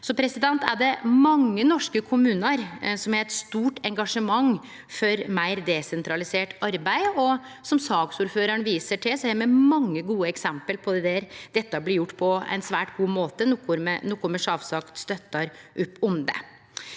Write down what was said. svarbrevet. Det er mange norske kommunar som har eit stort engasjement for meir desentralisert arbeid, og som saksordføraren viser til, har me mange gode eksempel der dette blir gjort på ein svært god måte, noko me sjølvsagt støttar opp under.